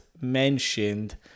mentioned